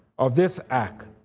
of this act,